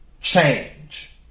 change